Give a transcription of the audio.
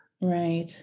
Right